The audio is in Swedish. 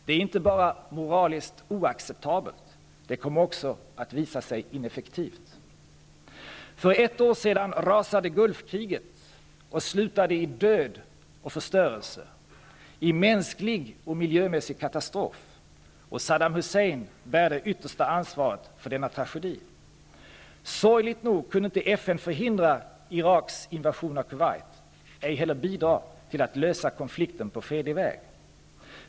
Det är inte bara moraliskt oacceptabelt, det kommer också att visa sig ineffektivt. För ett år sedan rasade Gulfkriget och slutade i död och förstörelse, i mänsklig och miljömässig katastrof. Saddam Hussein bär det yttersta ansvaret för denna tragedi. Sorgligt nog kunde inte FN förhindra Iraks invasion av Kuwait, ej heller bidra till att lösa konflikten på fredlig väg.